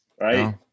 right